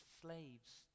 Slaves